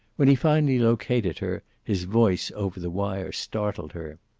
when he finally located her his voice over the wire startled her.